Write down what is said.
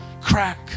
crack